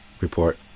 report